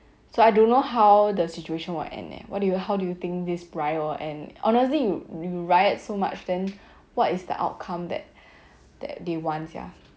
so I don't know how the situation what end eh what do you how do you think this riot will end honestly you riot so much then what is the outcome that that they want sia